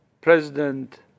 president